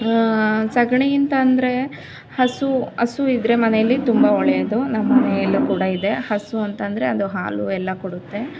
ಸಗಣಿ ಅಂತಂದ್ರೆ ಹಸು ಹಸುವಿದ್ರೆ ಮನೆಯಲ್ಲಿ ತುಂಬ ಒಳ್ಳೆಯದು ನಮ್ಮನೆಯಲ್ಲೂ ಕೂಡ ಇದೆ ಹಸು ಅಂತ ಅಂದ್ರೆ ಅದು ಹಾಲು ಎಲ್ಲ ಕೊಡುತ್ತೆ